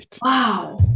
wow